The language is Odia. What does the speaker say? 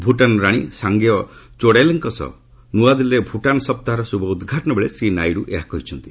ଭୁଟାନର ରାଣୀ ସାଙ୍ଗୟ ଚୋଡେଲ୍ଙ୍କ ସହ ନୂଆଦିଲ୍ଲୀରେ ଭୁଟାନ ସପ୍ତାହର ଶୁଭ ଉଦ୍ଘାଟନ ବେଳେ ଶ୍ରୀ ନାଇଡୁ ଏହା କହିଛନ୍ତି